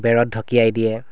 বেৰত ঢকিয়াই দিয়ে